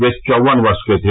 वे चौवन वर्ष के थे